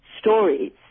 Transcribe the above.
Stories